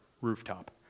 rooftop